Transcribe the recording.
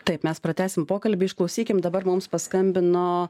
taip mes pratęsim pokalbį išklausykim dabar mums paskambino